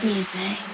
Music